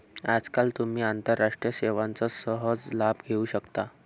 आजकाल तुम्ही आंतरराष्ट्रीय सेवांचा सहज लाभ घेऊ शकता